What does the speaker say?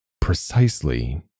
Precisely